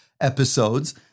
episodes